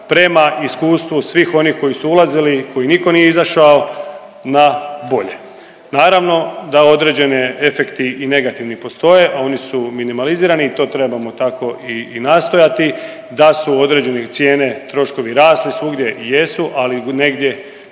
prema iskustvu svih onih koji su ulazili, koji nitko nije izašao na bolje. Naravno da određeni efekti negativni postoje, a oni su minimalizirani i to trebamo tako i nastojati, da su određene cijene, troškovi rasli, svugdje jesu ali negdje